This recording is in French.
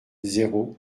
zéro